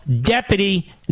deputy